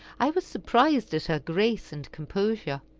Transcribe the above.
i was surprised at her grace and composure.